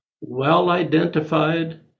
well-identified